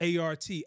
ART